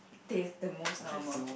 taste the most normal